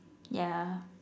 ya